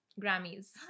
Grammys